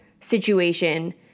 situation